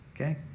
Okay